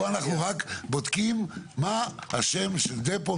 פה אנחנו רק בודקים מה השם של דפו,